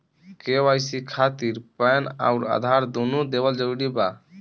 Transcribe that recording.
KYC खातिर PAN आउर आधार दुनों देवल जरूरी बा?